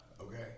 Okay